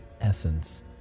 essence